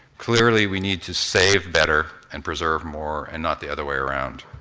clearly we need to save better and preserve more and not the other way around.